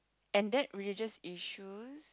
and that religious issue